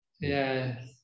Yes